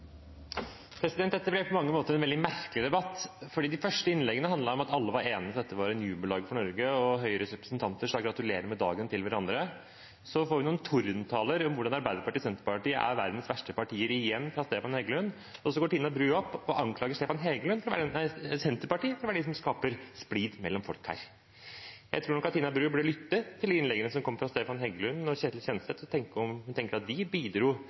Dette ble på mange måter en veldig merkelig debatt. De første innleggene handlet om at alle var enige om at dette var en jubeldag for Norge, og Høyres representanter sa gratulerer med dagen til hverandre. Så får vi noen tordentaler om hvordan Arbeiderpartiet og Senterpartiet er verdens verste partier, igjen fra representanten Stefan Heggelund, og så går statsråd Tina Bru opp og anklager Senterpartiet for å være dem som skaper splid mellom folk her. Jeg tror nok at Tina Bru burde lytte til innleggene som kom fra representantene Stefan Heggelund og Ketil Kjenseth, og tenke om